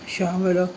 ਸ਼ਾਮਲ